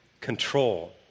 control